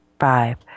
five